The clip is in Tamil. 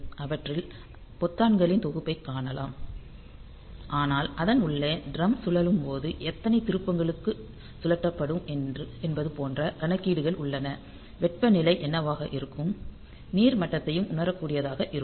அவற்றில் பொத்தான்களின் தொகுப்பைக் காணலானம் ஆனால் அதன் உள்ளே டிரம் சுழலும் போது எத்தனை திருப்பங்களுக்குச் சுழற்றப்படும் என்பது போன்ற கணக்கீடுகள் உள்ளன வெப்பநிலை என்னவாக இருக்கும் நீர் மட்டத்தையும் உணரக்கூடியதாக இருக்கும்